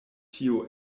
tio